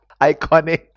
iconic